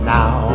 Now